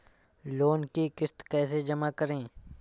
Loan की किश्त कैसे जमा करें?